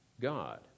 God